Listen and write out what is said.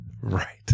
Right